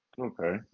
Okay